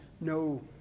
no